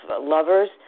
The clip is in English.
lovers